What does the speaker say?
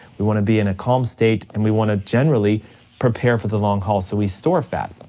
we wanna be in a calm state, and we wanna generally prepare for the long haul so we store fat.